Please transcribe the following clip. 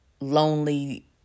lonely